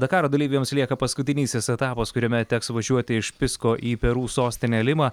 dakaro dalyviams lieka paskutinysis etapas kuriame teks važiuoti iš pisko į peru sostinę limą